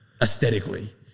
aesthetically